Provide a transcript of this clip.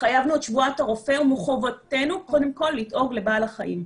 התחייבנו את שבועת הרופא ומחובתנו קודם כל לדאוג לבעל החיים.